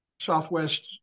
southwest